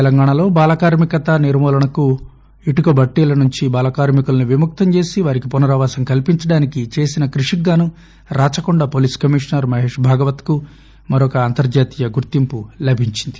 తెలంగాణలో బాలకార్మి కత నిర్మూలనకు ఇటుక బట్టీల నుంచి బాలకార్మి కులను విముక్తంచేసి పునరావాసం కల్సించడానికి చేసిన కృషికిగాను రాచకొండ పోలీస్ కమీషనర్ మహేష్ భాగవత్ కు మరొక అంతర్హాతీయ గుర్తింపు లభించింది